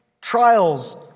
trials